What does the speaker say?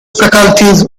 faculties